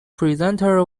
presenter